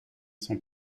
sont